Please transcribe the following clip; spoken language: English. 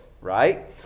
right